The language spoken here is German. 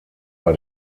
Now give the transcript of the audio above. bei